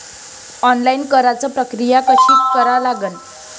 Online कराच प्रक्रिया कशी करा लागन?